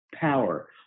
power